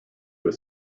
with